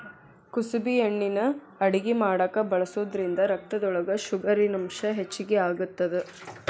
ಕುಸಬಿ ಎಣ್ಣಿನಾ ಅಡಗಿ ಮಾಡಾಕ ಬಳಸೋದ್ರಿಂದ ರಕ್ತದೊಳಗ ಶುಗರಿನಂಶ ಹೆಚ್ಚಿಗಿ ಆಗತ್ತದ